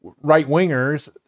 right-wingers